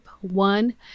one